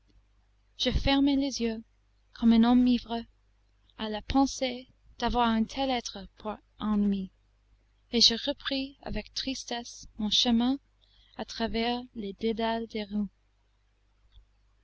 je fermai les yeux comme un homme ivre à la pensée d'avoir un tel être pour ennemi et je repris avec tristesse mon chemin à travers les dédales des rues